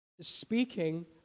speaking